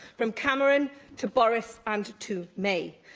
from cameron to boris and to may.